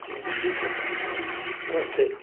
ठीक ठीक है नमस्ते